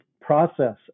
process